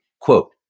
quote